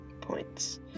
points